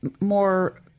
more